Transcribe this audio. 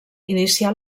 inicià